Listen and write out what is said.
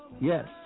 Yes